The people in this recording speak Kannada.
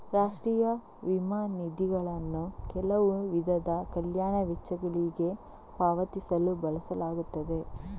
ರಾಷ್ಟ್ರೀಯ ವಿಮಾ ನಿಧಿಗಳನ್ನು ಕೆಲವು ವಿಧದ ಕಲ್ಯಾಣ ವೆಚ್ಚಗಳಿಗೆ ಪಾವತಿಸಲು ಬಳಸಲಾಗುತ್ತದೆ